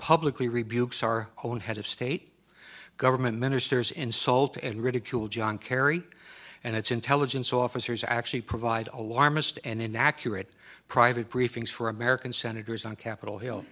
publicly rebukes our own head of state government ministers insult and ridicule john kerry and its intelligence officers actually provide alarmist and inaccurate private briefings for american senators on capitol hill